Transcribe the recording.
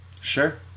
Sure